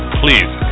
please